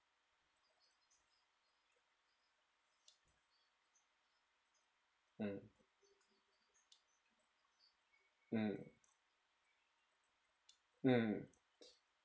mm mm mm